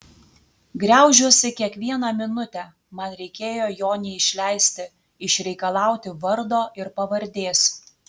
griaužiuosi kiekvieną minutę man reikėjo jo neišleisti išreikalauti vardo ir pavardės